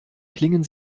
klingen